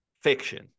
fiction